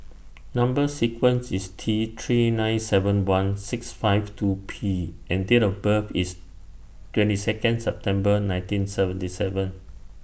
Number sequence IS T three nine seven one six five two P and Date of birth IS twenty Second September nineteen seventy seven